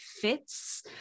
fits